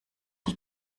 die